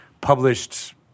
published